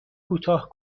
کوتاه